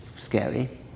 scary